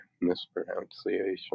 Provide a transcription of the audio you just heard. mispronunciation